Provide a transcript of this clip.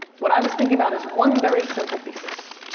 what i was thinking about is one very simple thesis.